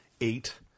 eight